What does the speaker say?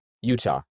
Utah